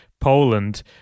Poland